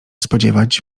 spodziewać